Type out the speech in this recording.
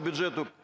бюджету,